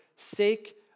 sake